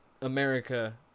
America